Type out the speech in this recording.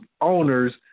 owners